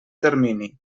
termini